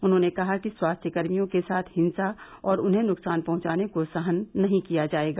उन्होंने कहा कि स्वास्थ्यकर्मियों के साथ हिंसा और उन्हें नुकसान पहंचाने को सहन नहीं किया जायेगा